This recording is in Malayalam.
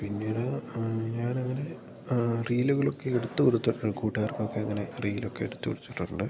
പിന്നീട് ഞാനങ്ങനെ റീലുകളൊക്കെ എടുത്തു കൊടുത്തിട്ട് കൂട്ടുകാർക്കൊക്കെ അങ്ങനെ റീലൊക്കെ എടുത്തു കൊടുത്തിട്ടുണ്ട്